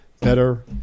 better